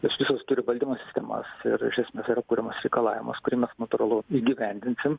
jos visos turi valdymo sistemas ir iš esmės yra kuriamas reikalavimus kurį mes natūralu įgyvendinsim